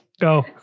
go